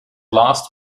last